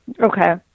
Okay